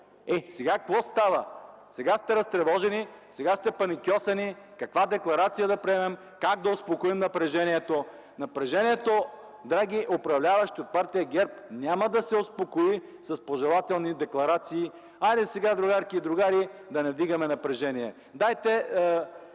Е, сега какво става? Сега сте разтревожени, сега сте паникьосани каква декларация да приемем, как да успокоим напрежението. Напрежението, драги управляващи от Партия ГЕРБ, няма да се успокои с пожелателни декларации – „Хайде сега, другарки и другари, да не вдигаме напрежението! Дайте